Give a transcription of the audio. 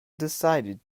decided